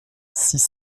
six